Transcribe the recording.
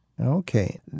Okay